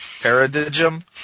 Paradigm